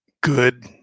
good